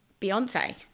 Beyonce